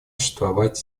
существовать